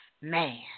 man